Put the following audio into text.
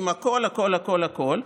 עם הכול הכול הכול הכול.